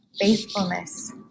faithfulness